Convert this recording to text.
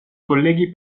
colleghi